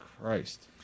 Christ